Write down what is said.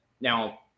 now